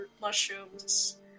mushrooms